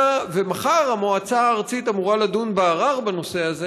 מחר המועצה הארצית אמורה לדון בערר בנושא הזה.